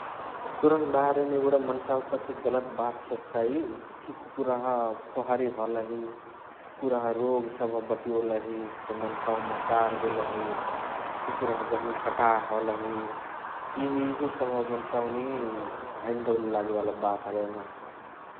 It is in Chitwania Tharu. कुकुराक बारेमा एगुणा मन्सावा कथी गलत बात सोचसाइ कि कुकुराह फोहोरी हलही । कुकुराह रोग सबह बटियोलही हसे मन्साव मा सारदेलही । कुकिराह गहनी कटाह हलही । इहे इहे सबह मन्सावनी हैने डौल लागेवाला बात हलइ नाही ।